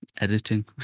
editing